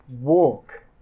walk